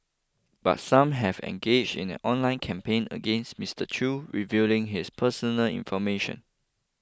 but some have engaged in an online campaign against Mister Chew revealing his personal information